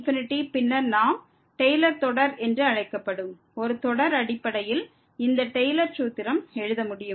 பின்னர் நாம் டெய்லர் தொடர் என்று அழைக்கப்படும் ஒரு தொடர் அடிப்படையில் இந்த டெய்லர் சூத்திரம் எழுத முடியும் என்று பார்த்தோம்